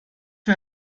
für